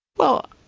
well,